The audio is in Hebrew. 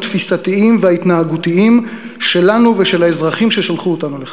התפיסתיים וההתנהגותיים שלנו ושל האזרחים ששלחו אותנו לכאן?